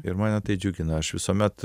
ir mane tai džiugina aš visuomet